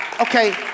Okay